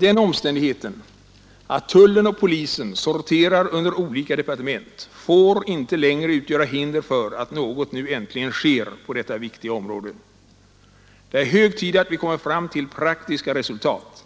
Den omständigheten att tullen och polisen sorterar under olika departement får inte längre utgöra hinder för att något nu äntligen sker på detta viktiga område. Det är hög tid att vi kommer fram till praktiska resultat,